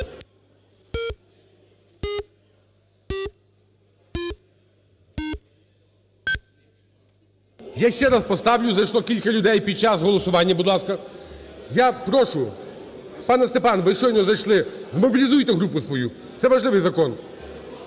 Я ще раз поставлю, зайшло кілька людей під час голосування, будь ласка. Я прошу, пан Степан, ви щойно зайшли, змобілізуйте групу свою, це важливий закон.